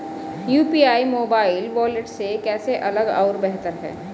UPI mobile wallet से कैसे अलग और बेहतर है?